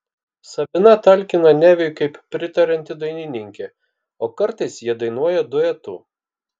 sabina talkina neviui kaip pritarianti dainininkė o kartais jie dainuoja duetu